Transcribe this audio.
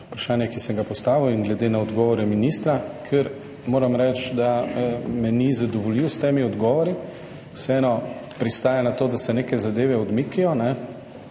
vprašanje, ki sem ga postavil in glede na odgovore ministra, ker moram reči, da me ni zadovoljil s temi odgovori. Vseeno pristaja na to, da se neke zadeve odmikajo,